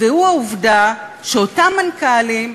הוא העובדה שאותם מנכ"לים,